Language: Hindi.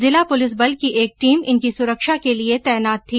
जिला पुलिस बल की एक टीम इनकी सुरक्षा के लिए तैनात थी